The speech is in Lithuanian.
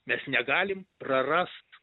mes negalim prarast